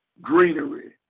greenery